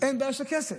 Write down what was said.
אין בעיה של כסף.